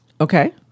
Okay